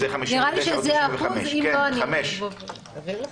אם זה 59 או 95. אני אבדוק את זה.